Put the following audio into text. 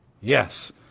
Yes